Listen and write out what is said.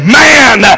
man